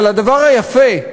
אבל הדבר היפה,